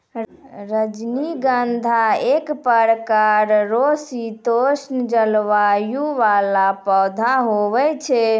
रजनीगंधा एक प्रकार रो शीतोष्ण जलवायु वाला पौधा हुवै छै